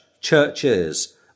Churches